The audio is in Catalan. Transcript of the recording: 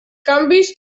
canvis